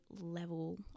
level